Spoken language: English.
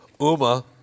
Uma